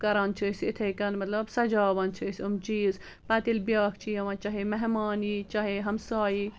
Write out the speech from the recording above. کران چھِ أسۍ یِتھی کٔنۍ مطلب سجاوان چھِ أسۍ یِم چیز پتہٕ ییٚلہِ بیاکھ چھُ یِوان چاہے مہمان یی ہمساے یی